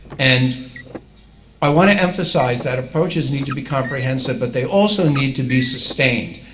and i want to emphasize that approaches need to be comprehensive, but they also need to be sustained.